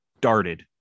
darted